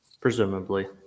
Presumably